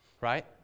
Right